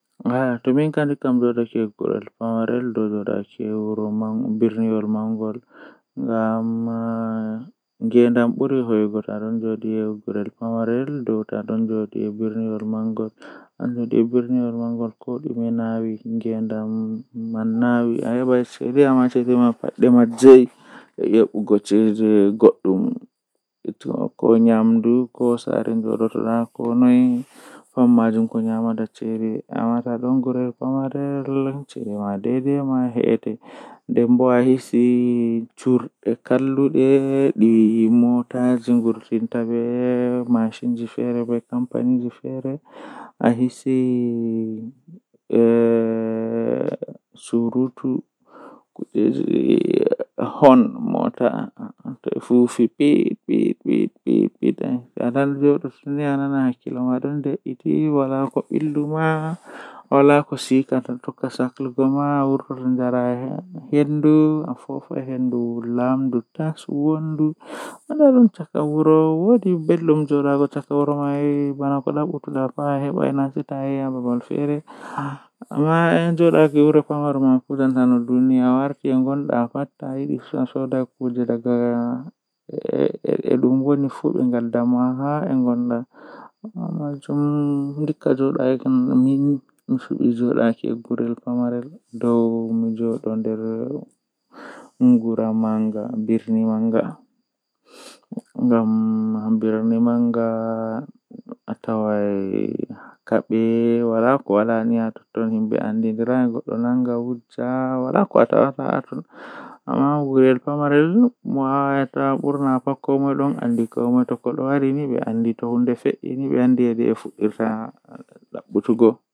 Arande kam mi tefan boggol chaji am mi hawra haa hiite mi tabbitina waya man don huwa naa malla wal huwa to waya man don huwa mi habda mi nyo'a babal kunnago mi laara babal man wonni na malla wonnai to Sali konnago bo sei mi hoosa mi yarina geroobe malla himbe hakkilinta be gera waya be larina am dume on wadi.